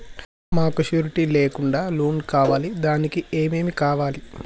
మాకు షూరిటీ లేకుండా లోన్ కావాలి దానికి ఏమేమి కావాలి?